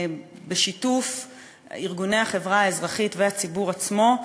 בשיתוף ארגוני החברה האזרחית והציבור עצמו,